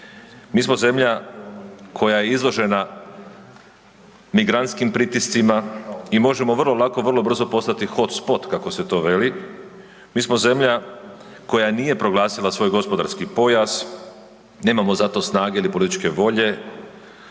mi smo zemlja koja je izložena migrantskim pritiscima i možemo vrlo lako, vrlo brzo postati hot spot kako se to veli, mi smo zemlja koja nije proglasila svoj gospodarski pojas, nemamo za to snage ili političke volje